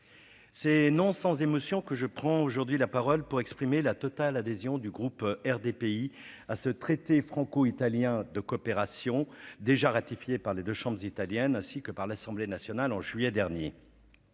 c'est non sans émotion que je prend aujourd'hui la parole pour exprimer la totale adhésion du groupe RDPI à ce traité franco-italien de coopération déjà ratifié par les 2 chambres italienne ainsi que par l'Assemblée nationale en juillet dernier